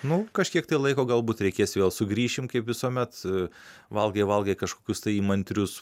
nu kažkiek laiko galbūt reikės vėl sugrįšim kaip visuomet valgai valgai kažkokius tai įmantrius